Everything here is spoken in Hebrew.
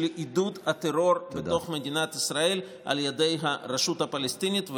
עידוד הטרור בתוך מדינת ישראל על ידי הרשות הפלסטינית,